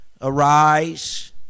arise